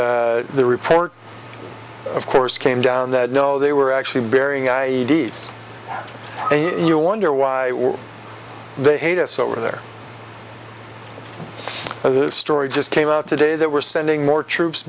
but the report of course came down that no they were actually burying i e d's and you wonder why they hate us over there this story just came out today that we're sending more troops